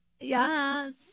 Yes